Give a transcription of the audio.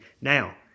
Now